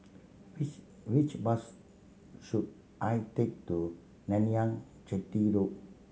which which bus should I take to Narayanan Chetty Road